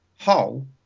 whole